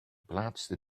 plaatste